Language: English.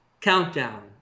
Countdown